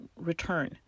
return